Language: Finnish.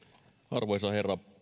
arvoisa herra